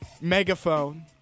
Megaphone